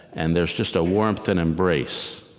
and there's just a warmth and embrace.